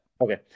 Okay